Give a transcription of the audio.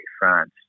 France